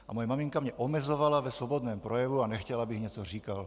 A moje maminka mě omezovala ve svobodném projevu a nechtěla, abych něco říkal.